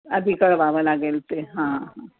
आधी कळवावं लागेल ते हां